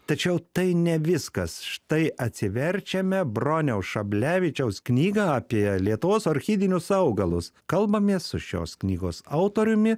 tačiau tai ne viskas štai atsiverčiame broniaus šablevičiaus knygą apie lietuvos orchidėjinius augalus kalbamės su šios knygos autoriumi